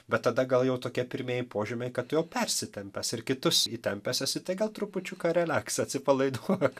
bet tada gal jau tokie pirmieji požymiai kad tu jau persitempęs ir kitus įtempęs esi tai gal trupučiuką releks atsipalaiduok